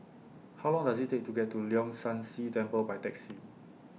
How Long Does IT Take to get to Leong San See Temple By Taxi